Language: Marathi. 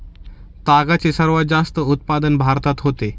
तागाचे सर्वात जास्त उत्पादन भारतात होते